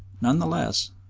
none the less,